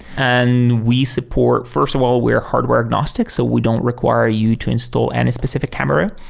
and we support first of all, we're hardware agnostic, so we don't require you to install any specific camera.